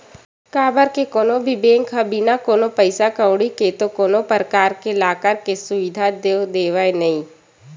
काबर के कोनो भी बेंक ह बिना कोनो पइसा कउड़ी ले तो कोनो परकार ले लॉकर के सुबिधा तो देवय नइ